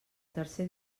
tercer